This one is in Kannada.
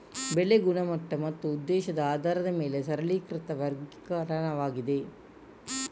ಬೆಳೆ ಗುಣಮಟ್ಟ ಮತ್ತು ಉದ್ದೇಶದ ಆಧಾರದ ಮೇಲೆ ಸರಳೀಕೃತ ವರ್ಗೀಕರಣವಾಗಿದೆ